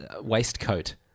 waistcoat